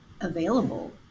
available